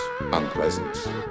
unpleasant